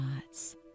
thoughts